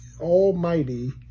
almighty